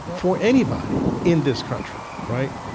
for anybody in this country, right?